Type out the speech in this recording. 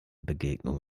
begegnung